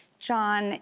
John